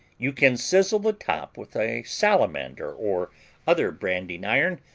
you can sizzle the top with a salamander or other branding iron,